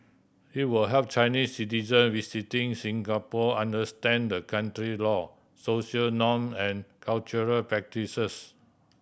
it will help Chinese citizen visiting Singapore understand the country law social norm and cultural practices